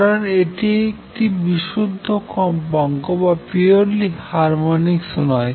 কারন এটি বিশুদ্ধ হারমনিক নয়